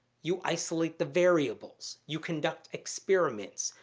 you isolate the variables. you conduct experiments.